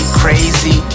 crazy